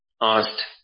asked